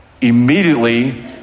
Immediately